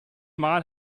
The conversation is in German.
mal